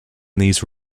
these